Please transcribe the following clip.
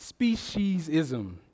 speciesism